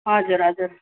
हजुर हजुर